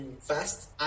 fast